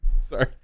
Sorry